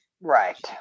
right